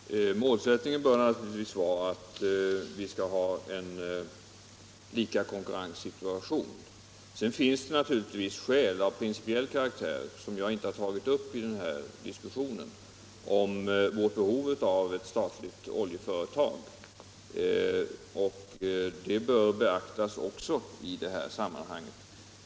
Herr talman! Målsättningen bör naturligtvis vara att vi skall ha en likakonkurrenssituation. 53 Sedan finns det skäl av principiell karaktär — som jag inte har tagit upp i den här diskussionen —- om vårt behov av ett statligt oljeföretag, och de skälen bör också beaktas i det här sammanhanget.